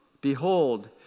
Behold